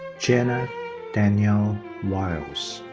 jenna danielle wiles.